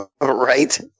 Right